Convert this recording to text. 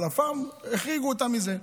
אבל הפארם החריגו אותם מזה.